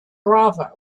bravo